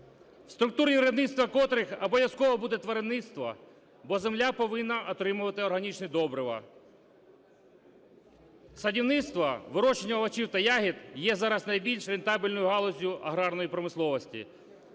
структурі виробництва котрих обов'язково буде тваринництво, бо земля повинна отримувати органічне добриво. Садівництво, вирощування овочів та ягід, є зараз найбільш рентабельною галуззю аграрної промисловості,